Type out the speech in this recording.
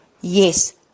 yes